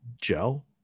gel